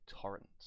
torrent